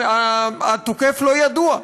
התוקף לא ידוע.